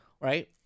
right